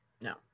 No